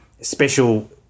special